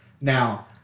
Now